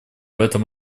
этом